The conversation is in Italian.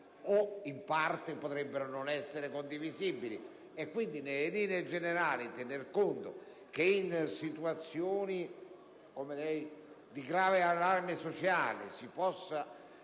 o in parte potrebbero non essere condivisibili. Quindi, nelle linee generali, andrebbe tenuto conto che in situazioni come quelle di grave allarme sociale si possa